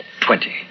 twenty